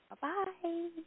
Bye-bye